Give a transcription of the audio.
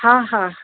हा हा